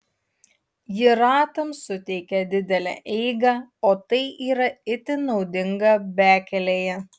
ji ratams suteikia didelę eigą o tai yra itin naudinga bekelėje